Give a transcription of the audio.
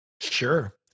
Sure